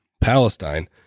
Palestine